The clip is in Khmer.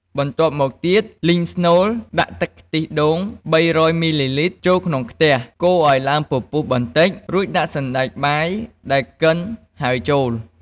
បន្ទាប់មកទៀត លីងស្នូល ដាក់ទឹកខ្ទិះដូង ៣០០ មីលីលីត្រ ចូលក្នុងខ្ទះ កូរឱ្យឡើងពុះបន្តិច រួចដាក់សណ្ដែកបាយដែលកិនហើយចូល។